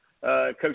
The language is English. Coach